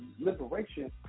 liberation